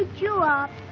you up.